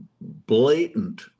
blatant